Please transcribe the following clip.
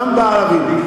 גם בערבים.